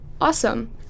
awesome